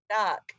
stuck